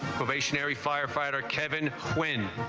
stationary firefighter kevin win